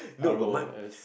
R O S